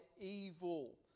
evil